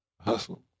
hustle